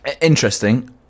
Interesting